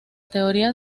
teoría